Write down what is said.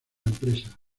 empresa